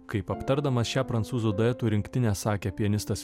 kaip aptardamas šią prancūzų dueto rinktinę sakė pianistas